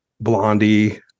Blondie